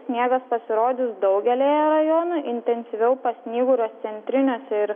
sniegas pasirodys daugelyje rajonų intensyviau pasnyguriuos centriniuose ir